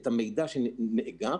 את המידע שנאגר,